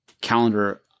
Calendar